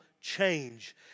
change